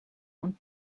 und